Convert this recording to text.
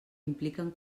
impliquen